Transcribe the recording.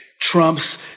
Trump's